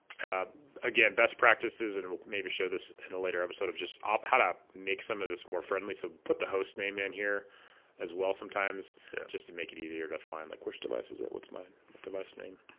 ah again best practices and we'll maybe show this in a later episode of just um how to make some of this more friendly so put the host name in here as well sometimes just to make it easier to find like which device is it what's my device name